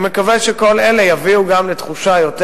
אני מקווה שכל אלה יביאו גם לתחושה יותר